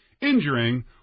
injuring